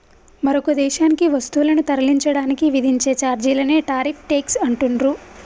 మరొక దేశానికి వస్తువులను తరలించడానికి విధించే ఛార్జీలనే టారిఫ్ ట్యేక్స్ అంటుండ్రు